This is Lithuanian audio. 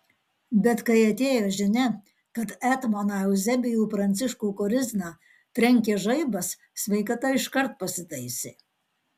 bet kai atėjo žinia kad etmoną euzebijų pranciškų korizną trenkė žaibas sveikata iškart pasitaisė